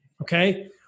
okay